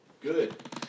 Good